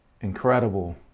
incredible